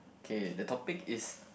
okay the topic is